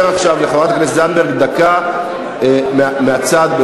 עכשיו לחברת הכנסת זנדברג דקה מהצד להתנגד.